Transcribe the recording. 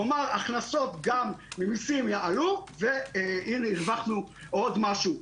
כלומר הכנסות ממיסים יעלו והנה הרווחנו עוד משהו.